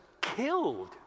killed